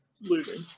Losing